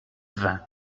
vingt